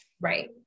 Right